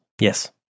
Yes